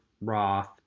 Roth